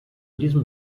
diesem